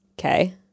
okay